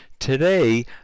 Today